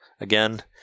Again